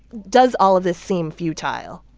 does all of this seem futile?